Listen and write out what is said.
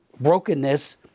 brokenness